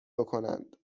بکنند